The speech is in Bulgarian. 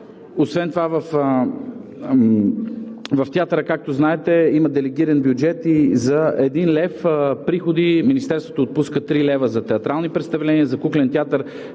Освен това в театъра, както знаете, има делегиран бюджет и за 1 лв. приходи Министерството отпуска 3 лв. за театрални представления, за куклен театър